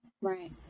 Right